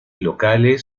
locales